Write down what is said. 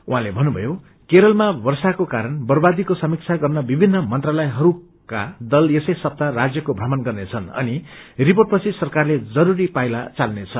उहाँले पन्नुषयो केरलमा वर्षाको कारण वर्षादीको समीक्षा गर्ने विभिन्न मंत्रालयहरूका दल यसै संस्काजह राज्यको प्रमण गर्नेछन् अनि रिपोटपछि सरकारले जरूरी पाइला चाल्नेछ